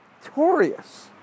victorious